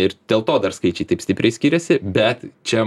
ir dėl to dar skaičiai taip stipriai skiriasi bet čia